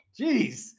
Jeez